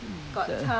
I mean now